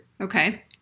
Okay